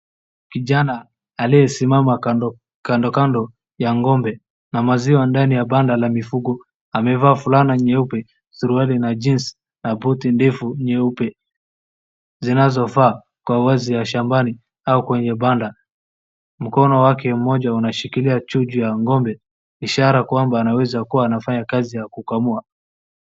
Kijana aliyesimama kando kando ya ng'ombe la maziwa ndani ya banda la mifugo amevaa fulana nyeupe, suruali la jean na buti ndefu nyeupe zinazofaa kwa wazi wa shambani au kwenye banda. Mkono wake mmoja unashikilia chuchu ya ng'ombe ishara kwamba anaweza kuwa anafanya kazi ya kukamua.